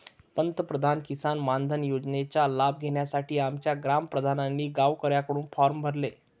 पंतप्रधान किसान मानधन योजनेचा लाभ घेण्यासाठी आमच्या ग्राम प्रधानांनी गावकऱ्यांकडून फॉर्म भरले